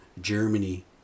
Germany